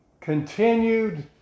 continued